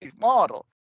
model